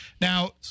Now